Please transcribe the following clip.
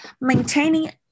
maintaining